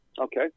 Okay